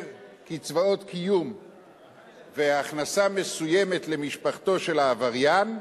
קצבת קיום והכנסה מסוימת למשפחתו של העבריין,